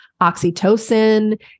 oxytocin